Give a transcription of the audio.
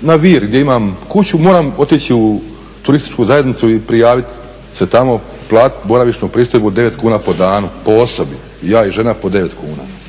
na Vir gdje imam kuću, moram otići u turističku zajednicu i prijaviti se tamo, platiti boravišnu pristojbu 9 kuna po danu, po osobi, ja i žena po 9 kuna.